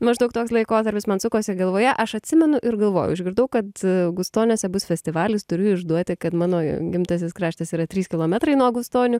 maždaug toks laikotarpis man sukosi galvoje aš atsimenu ir galvojau išgirdau kad gustoniuose bus festivalis turiu išduoti kad mano gimtasis kraštas yra trys kilometrai nuo gustonių